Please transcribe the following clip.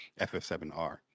ff7r